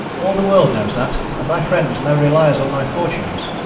all the world knows that, and my friends no reliers on my fortunes.